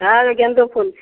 हँ गेंदो फूल छै